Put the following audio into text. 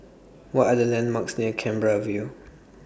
What Are The landmarks near Canberra View